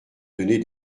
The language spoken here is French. donnez